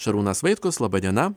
šarūnas vaitkus laba diena